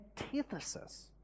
antithesis